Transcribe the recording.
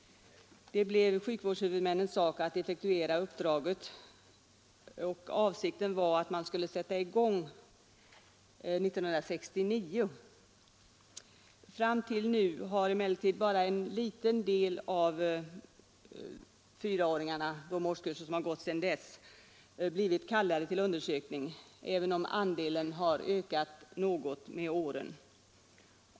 Det blev sjukvårdshuvudmännens sak att effektuera uppdraget, och avsikten var att man skulle sätta i gång 1969. Fram till nu har emellertid bara en liten del av fyraåringarna ur årskullarna därefter blivit kallade till undersökning, även om andelen har ökat något med åren.